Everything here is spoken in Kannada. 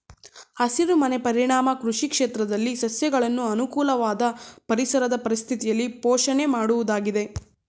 ಹಸಿರುಮನೆ ಪರಿಣಾಮ ಕೃಷಿ ಕ್ಷೇತ್ರದಲ್ಲಿ ಸಸ್ಯಗಳನ್ನು ಅನುಕೂಲವಾದ ಪರಿಸರದ ಪರಿಸ್ಥಿತಿಯಲ್ಲಿ ಪೋಷಣೆ ಮಾಡುವುದಾಗಿದೆ